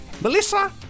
Melissa